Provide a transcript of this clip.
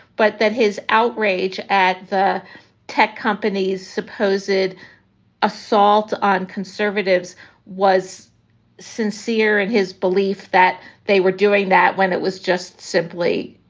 but that his outrage at the tech companies supposed assault on conservatives was sincere in his belief that they were doing that when it was just simply,